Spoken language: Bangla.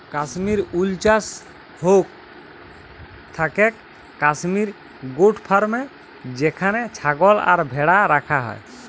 কাশ্মির উল চাস হৌক থাকেক কাশ্মির গোট ফার্মে যেখানে ছাগল আর ভ্যাড়া রাখা হয়